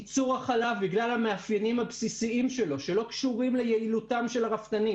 בגלל מאפייניו הבסיסיים שלא קשורים ליעילותם של הרפתנים